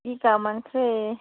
ꯆꯥꯃꯟꯈ꯭ꯔꯦ